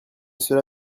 cela